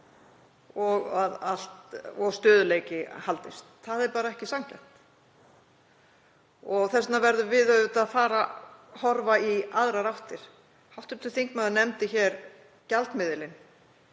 og stöðugleiki haldist. Það er bara ekki sanngjarnt. Þess vegna verðum við auðvitað að fara að horfa í aðrar áttir. Hv. þingmaður nefndi hér gjaldmiðilinn